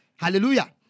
Hallelujah